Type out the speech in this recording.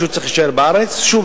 שוב,